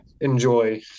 enjoy